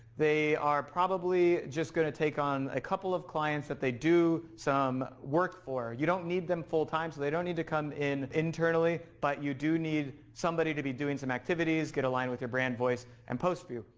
they are probably just gonna take on a couple of clients that they do some work for, you don't need them full time so they don't need to come in internally but you do need somebody to be doing some activities, get a line with your brand voice and post view.